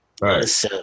Right